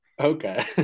okay